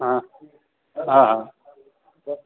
हा हा हा